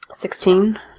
Sixteen